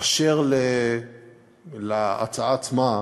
אשר להצעה עצמה,